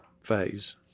phase